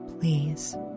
please